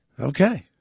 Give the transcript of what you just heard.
Okay